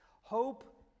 Hope